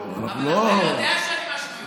אנחנו לא, אבל ארבל יודע שאני משהו מיוחד.